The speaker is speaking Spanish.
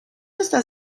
está